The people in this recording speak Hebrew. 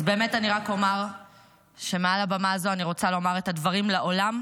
אז באמת אני רק אומר שמעל הבמה הזו אני רוצה לומר את הדברים לעולם,